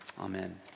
Amen